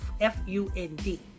F-U-N-D